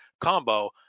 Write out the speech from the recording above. combo